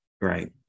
Right